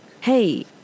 Hey